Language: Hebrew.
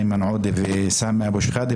איימן עודה וסמי אבו שחאדה,